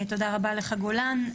תודה רבה לך, גולן.